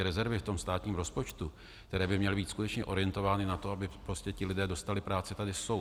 Rezervy ve státním rozpočtu, které by měly být skutečně orientovány na to, aby ti lidé dostali práci, tady jsou.